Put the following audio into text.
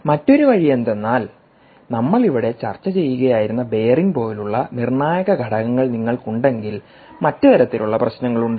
മറ്റൊരു വഴി എന്തെന്നാൽ നമ്മൾ ഇവിടെ ചർച്ച ചെയ്യുകയായിരുന്ന ബെയറിംഗ് പോലുള്ള നിർണായക ഘടകങ്ങൾ നിങ്ങൾക്കുണ്ടെങ്കിൽ മറ്റ് തരത്തിലുള്ള പ്രശ്നങ്ങളുണ്ട്